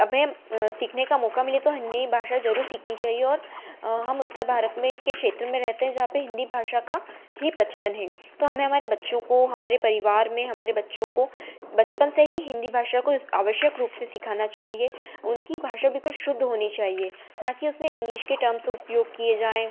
अमें सीखने का मौका मिले तो हिन्दी भाषा ज़रूर सीखनी चाहिए और हम उत्तर भारत में के क्षेत्र में रहते हैं जहाँ पर हिन्दी भाषा का ही प्रचलन है तो हमें हमारे बच्चों को हमारे परिवार में हमारे बच्चों को बचपन से ही हिन्दी भाषा को आवश्यक रूप से सिखाना चाहिए उनकी भाषा बिल्कुल शुद्ध होनी चाहिए न कि उसमे इंग्लिश के टर्म्स उपयोग किए जाएँ